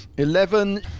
Eleven